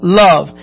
love